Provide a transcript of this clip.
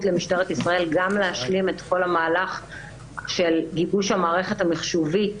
למשטרת ישראל גם להשלים את כל המהלך של גיבוש המערכת המחשובית,